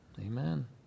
Amen